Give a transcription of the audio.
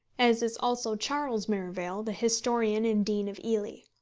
as is also charles merivale, the historian and dean of ely.